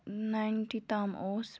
ninety تام اوس